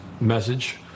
message